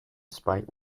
spite